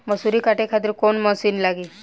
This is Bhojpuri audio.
मसूरी काटे खातिर कोवन मसिन लागी?